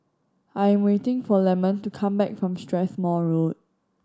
I'm waiting for Lemon to come back from Strathmore Road